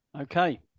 Okay